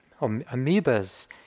amoebas